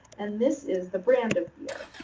and this is the brand of beer,